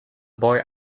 boy